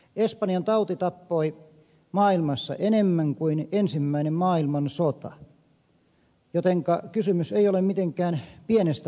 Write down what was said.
espanjantauti tappoi maailmassa enemmän kuin ensimmäinen maailmansota jotenka kysymys ei ole mitenkään pienestä uhasta